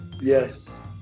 Yes